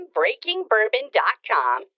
BreakingBourbon.com